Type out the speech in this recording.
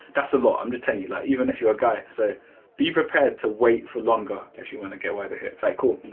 that's a lot i'm just telling you that even if you're a guy so be prepared to wait for longer if you want to get wider hips alright cool.